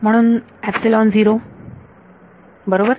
म्हणून बरोबर